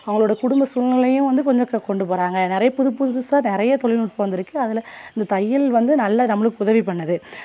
அவங்களோட குடும்ப சூழ்நிலையும் வந்து கொஞ்சம் க கொண்டு போகிறாங்க நிறையா புது புதுசாக நிறையா தொலில்நுட்பம் வந்திருக்கு அதில் இந்த தையல் வந்து நல்ல நம்மளுக்கு உதவி பண்ணுது